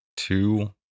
two